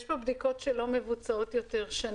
יש פה בדיקות שכבר לא מבוצעות שנים,